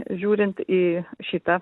žiūrint į šitą